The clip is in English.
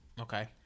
Okay